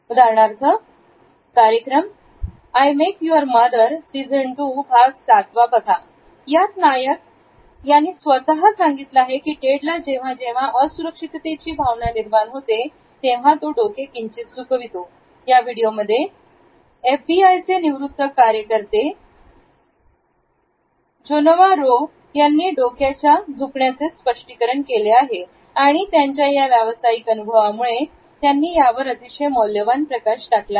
उदाहरणार्थ कार्यक्रम I make your mother season two भाग सातवा बघा यात नायक आणि स्वतः सांगितला आहे की टेड ला जेव्हा असुरक्षिततेची भावना निर्माण होते तेव्हा तो डोके किंचित झुकवतो या व्हिडिओमध्ये एफ बीआयचे निवृत्त कार्यकर्ते जो नवा रो यांनी डोक्याच्या झु कण्याचे स्पष्टीकरण केले आहे आणि त्यांच्या व्यावसायिक अनुभवामुळे त्यांनी यावर अतिशय मौल्यवान प्रकाश टाकला